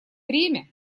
время